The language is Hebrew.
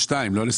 לכיש,